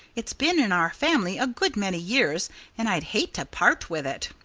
it's been in our family a good many years and i'd hate to part with it.